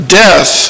death